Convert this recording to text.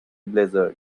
blizzard